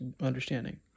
understanding